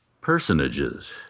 personages